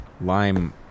Lime